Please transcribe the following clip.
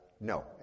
No